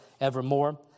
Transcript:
evermore